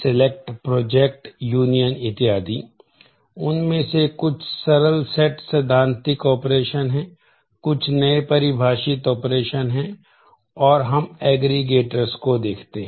इसलिए ये अलग अलग ऑपरेशन को देखते हैं